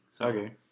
Okay